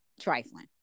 trifling